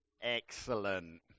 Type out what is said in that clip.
Excellent